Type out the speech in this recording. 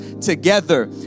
together